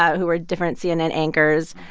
who were different cnn anchors,